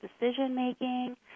decision-making